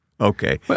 Okay